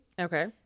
okay